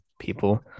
people